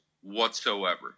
whatsoever